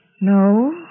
No